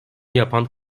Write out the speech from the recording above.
yapan